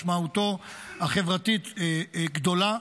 משמעותו החברתית גדולה.